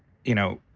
you know,